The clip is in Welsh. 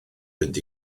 fynd